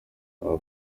aba